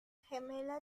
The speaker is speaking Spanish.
gemela